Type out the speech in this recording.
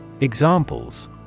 Examples